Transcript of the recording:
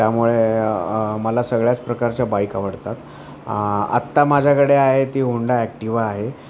त्यामुळे मला सगळ्याच प्रकारच्या बाईक आवडतात आत्ता माझ्याकडे आहे ती होंडा ॲक्टिवा आहे